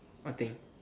nothing